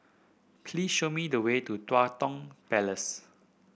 please show me the way to Tua Kong Palace